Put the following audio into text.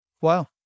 Wow